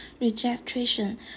registration